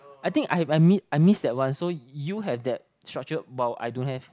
I think I I have I miss that one so you have that structure while I don't have